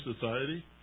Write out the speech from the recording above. society